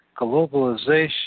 Globalization